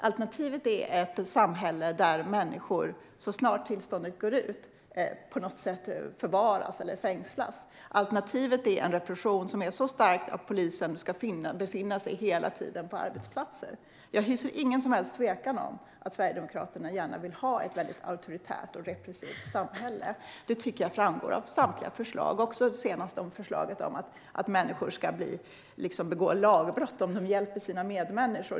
Alternativet är ett samhälle där människor, så snart tillståndet går ut, på något sätt förvaras eller fängslas. Alternativet är en repression som är så stark att polisen hela tiden ska befinna sig på arbetsplatser. Jag hyser ingen som helst tvekan om att Sverigedemokraterna gärna vill ha ett väldigt auktoritärt och repressivt samhälle. Det tycker jag framgår av samtliga förslag, också av det senaste förslaget om att människor begår lagbrott om de hjälper sina medmänniskor.